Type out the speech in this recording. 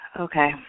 Okay